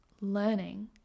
learning